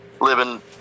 living